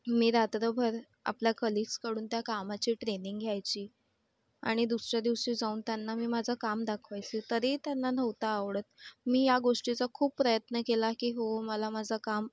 मी रात्रभर आपल्या कलीग्सकडून त्या कामाची ट्रेनिंग घ्यायची आणि दुसऱ्या दिवशी जाऊन त्यांना मी माझं काम दाखवायची तरी त्यांना नव्हतं आवडत मी या गोष्टीचा खूप प्रयत्न केला की हो मला माझं काम